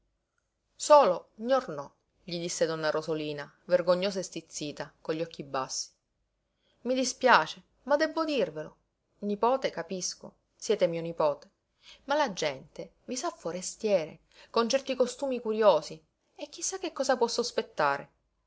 accompagnato solo gnornò gli disse donna rosolina vergognosa e stizzita con gli occhi bassi i dispiace ma debbo dirvelo nipote capisco siete mio nipote ma la gente vi sa forestiere con certi costumi curiosi e chi sa che cosa può sospettare